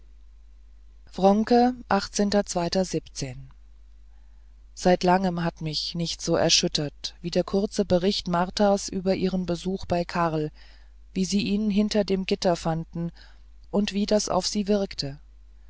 wronke seit langem hat mich nichts so erschüttert wie der kurze bericht marthas über ihren besuch bei karl wie sie ihn hinter dem gitter fanden und wie das auf sie wirkte